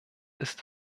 ist